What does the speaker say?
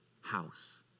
house